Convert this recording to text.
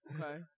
Okay